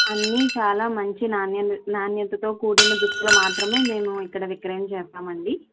అన్ని చాలా మంచి నాణ్యన నాణ్యతతో కూడిన దుస్తులు మాత్రమే మేము ఇక్కడ విక్రయం చేస్తామండి